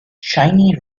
shiny